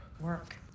work